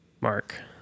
Mark